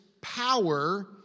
power